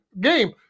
game